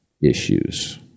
issues